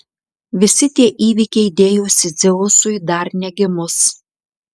visi tie įvykiai dėjosi dzeusui dar negimus